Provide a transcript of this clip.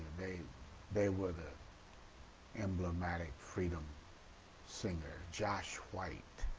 they they were the emblematic freedom singers. josh white,